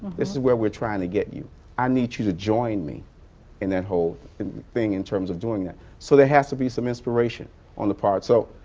this is where we're trying to get you. i need you to join me in that whole thing in terms of doing that. so there has to be some inspiration on that part. so,